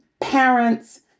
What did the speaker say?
parents